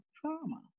trauma